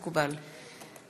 מקובל.